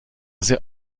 sehr